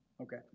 Okay